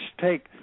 take